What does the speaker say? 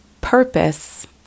purpose